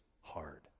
hard